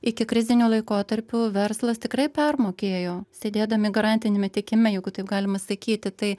ikikriziniu laikotarpiu verslas tikrai permokėjo sėdėdami garantiniame tiekime jeigu taip galima sakyti tai